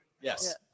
Yes